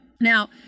Now